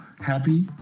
happy